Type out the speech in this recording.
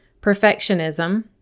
perfectionism